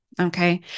Okay